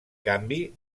canvi